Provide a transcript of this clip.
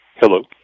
Hello